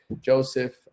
Joseph